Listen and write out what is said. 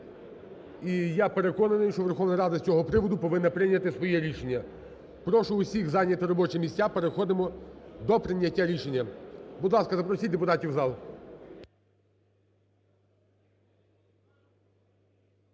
і я переконаний, що Верховна Рада з цього приводу повинна прийняти своє рішення. Прошу усіх зайняти робочі місця, переходимо до прийняття рішення. Будь ласка, запросіть депутатів в зал.